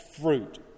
fruit